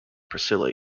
priscilla